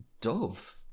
dove